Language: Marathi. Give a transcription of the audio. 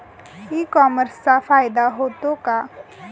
ई कॉमर्सचा फायदा होतो का?